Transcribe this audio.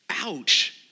ouch